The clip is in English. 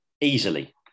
easily